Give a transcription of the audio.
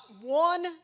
one